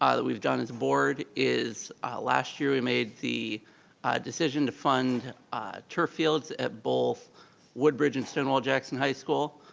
um that we've done as a board is last year, we made the decision to fund turf fields at both woodbridge and stonewall jackson high school.